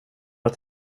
att